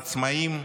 עצמאים,